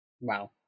wow